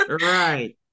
Right